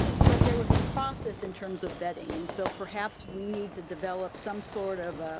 but there was a process in terms of vetting. and so perhaps we need to develop some sort of,